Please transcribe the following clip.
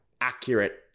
accurate